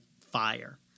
fire